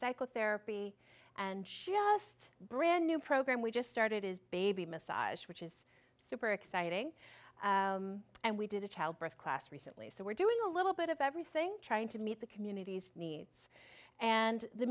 psychotherapy and she just brand new program we just started as baby massage which is super exciting and we did a childbirth class recently so we're doing a little bit of everything trying to meet the community's needs and the